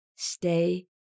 stay